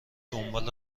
دنبال